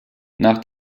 nach